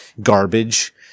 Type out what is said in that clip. garbage